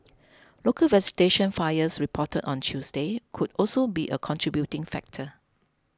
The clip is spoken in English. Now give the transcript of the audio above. local vegetation fires reported on Tuesday could also be a contributing factor